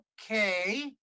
okay